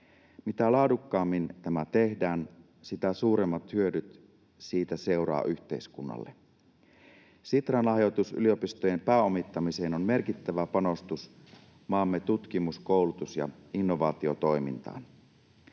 Mitä laadukkaammin tämä tehdään, sitä suuremmat hyödyt siitä seuraa yhteiskunnalle. Sitran lahjoitus yliopistojen pääomittamiseen on merkittävä panostus maamme tutkimus-, koulutus- ja innovaatiotoimintaan.